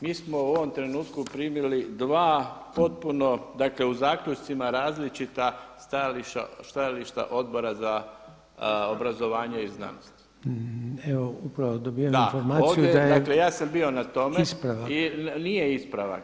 Mi smo u ovom trenutku primili dva potpuno u zaključcima različita stajališta Odbora za obrazovanje i znanost. … [[Upadica se ne razumije.]] Ja sam bio na tome i nije ispravak.